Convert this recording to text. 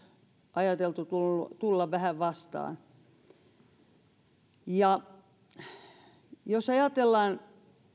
ajateltu tulla tulla vähän vastaan jos ajatellaan